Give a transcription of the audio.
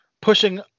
pushing